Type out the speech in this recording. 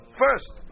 first